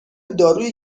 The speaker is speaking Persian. داروی